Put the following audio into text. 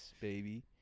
baby